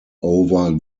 over